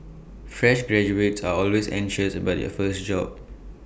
fresh graduates are always anxious about their first job